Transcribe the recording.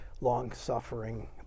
long-suffering